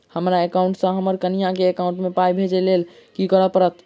हमरा एकाउंट मे सऽ हम्मर कनिया केँ एकाउंट मै पाई भेजइ लेल की करऽ पड़त?